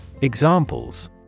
Examples